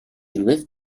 lift